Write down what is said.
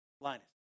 Linus